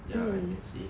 ya I can see